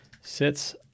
sits